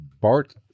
Bart